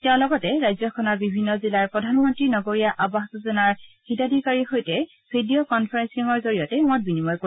তেওঁ লগতে ৰাজ্যখনৰ বিভিন্ন জিলাৰ প্ৰধানমন্ত্ৰী নগৰীয়া আৱাস যোজনাৰ হিতাধিকাৰীৰ সৈতে ভিডিঅ' কনফালিঙৰ জৰিয়তে মত বিনিময় কৰিব